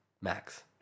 max